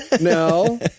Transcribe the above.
No